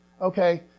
okay